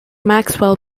maxwell